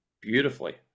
beautifully